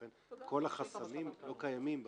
לכן כל החסמים לא קיימים במנהלית.